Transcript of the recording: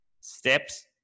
steps